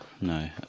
no